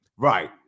right